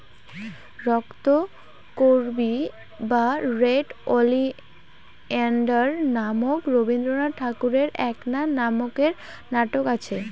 রক্তকরবী বা red oleander নামক রবীন্দ্রনাথ ঠাকুরের এ্যাকনা নামেক্কার নাটক আচে